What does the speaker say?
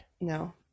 no